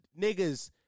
niggas